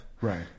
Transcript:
Right